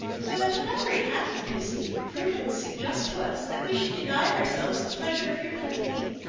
so that on every hand, you see, prudence suggests to us that we should deny ourselves the pleasure of your company,